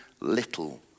little